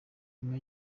nyuma